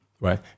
right